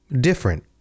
different